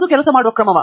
ಅದು ಕೆಲಸ ಮಾಡುವ ಕ್ರಮವಾ